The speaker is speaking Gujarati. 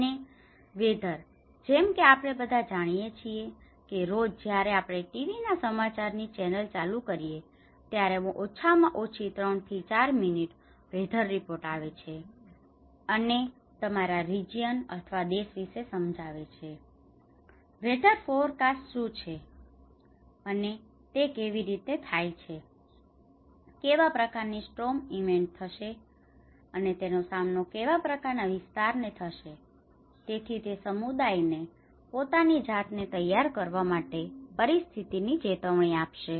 અને વેધર જેમ કે આપણે બધા જાણીએ છીએ કે રોજ જયારે આપણે ટીવી ના સમાચાર ની ચેનલ ચાલુ કરીએ છીએ ત્યારે ઓછામાં ઓછી 3 4 મિનિટ વેધર રિપોર્ટર આવે છે અને તમારા રીજીયન અથવા દેશ વિશે સમજાવે છે વેધર ફોરકાસ્ટ શું છે અને તે કેવી રીતે થાય છે કેવા પ્રકારની સ્ટ્રોમ ઇવેન્ટ થશે અને તેનો સામનો કેવા પ્રકારના વિસ્તાર ને થશે તેથી તે સમુદાય ને પોતાની જાત ને તૈયાર કરવા માટે પરિસ્થિતિ ની ચેતવણી આપશે